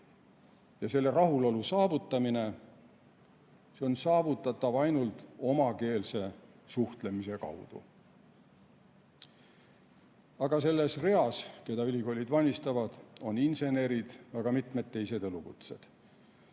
Ja selle rahulolu saavutamine on saavutatav ainult omakeelse suhtlemise kaudu. Aga selles reas, keda ülikoolid ette valmistavad, on insenerid ja ka mitmed teised elukutsed.